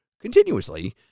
continuously